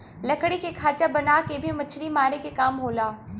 लकड़ी के खांचा बना के भी मछरी मारे क काम होला